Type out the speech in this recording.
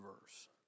verse